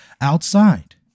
outside